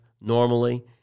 normally